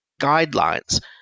guidelines